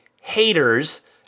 haters